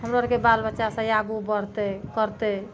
हमरो आरके बाल बच्चा से आगू बढ़तै पढ़तै